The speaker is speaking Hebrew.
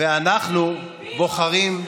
ואנחנו בוחרים.